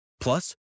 Plus